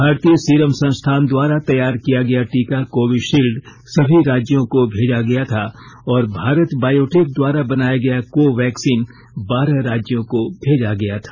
भारतीय सीरम संस्थान द्वारा तैयार किया गया टीका कोविशील्ड सभी राज्यों को भेजा गया था और भारत बायोटेक द्वारा बनाया गया कोवैक्सीन बारह राज्यों को भेजा गया था